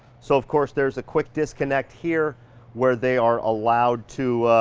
so of course there is a quick disconnect here where they are allowed to,